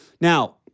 Now